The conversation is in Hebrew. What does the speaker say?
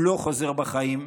הוא לא חוזר בחיים,